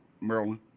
Maryland